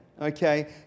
Okay